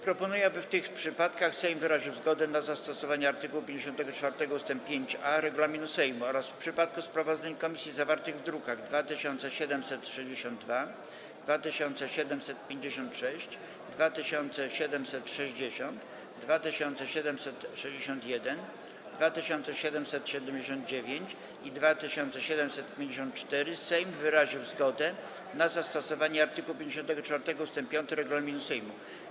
Proponuję, aby w tych przypadkach Sejm: - wyraził zgodę na zastosowanie art. 54 ust. 5a regulaminu Sejmu oraz: - w przypadku sprawozdań komisji zawartych w drukach nr 2762, 2756, 2760, 2761, 2779 i 2754 wyraził zgodę na zastosowanie art. 54 ust. 5 regulaminu Sejmu.